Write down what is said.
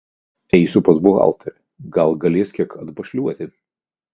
eisiu pas buhalterę gal galės kiek atbašliuoti